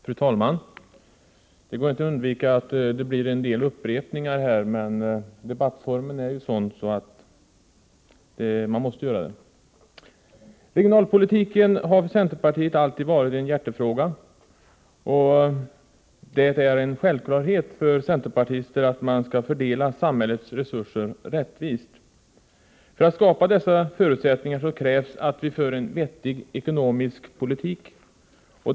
Fru talman! Det blir tyvärr en del upprepningar här, men debattformen är ju sådan att det inte kan undvikas. Regionalpolitiken har för centerpartiet alltid varit en hjärtefråga. Det är en självklarhet för centerpartister att man skall fördela samhällets resurser rättvist. För att skapa förutsättningar för detta krävs att det förs en vettig ekonomisk politik.